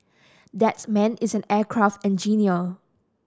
that man is an aircraft engineer